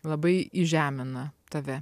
labai įžemina tave